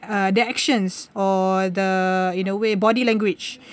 uh the actions or the in a way body language